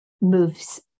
moves